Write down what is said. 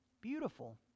Beautiful